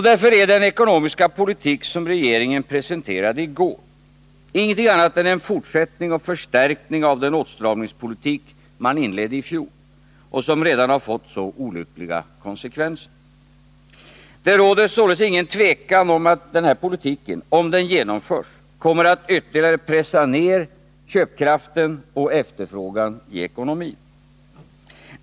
Därför är den ekonomiska politik som regeringen presenterade i går ingenting annat än en fortsättning och förstärkning av den åtstramningspolitik som man inledde i fjol och som redan fått så olyckliga konsekvenser. Det råder således inget tvivel om att denna politik, om den genomförs, kommer att ytterligare pressa ner köpkraften och efterfrågan i ekonomin.